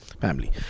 family